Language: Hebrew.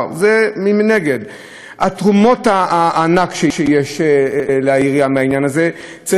תרומות הענק שיש לעירייה מהעניין הזה צריכות להחשיד לא רק,